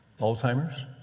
Alzheimer's